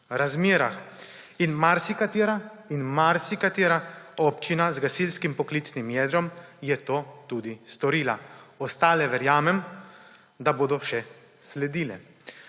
razmerah in marsikatera občina z gasilskim poklicnim jedrom je to tudi storila, ostale, verjamem, da bodo še sledile.